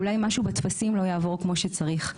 אולי משהו בטפסים לא יעבור כמו שצריך,